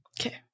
Okay